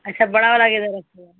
अच्छा बड़ा वाला गेंदा रखे हैं